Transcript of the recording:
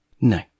No